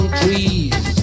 trees